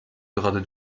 gerade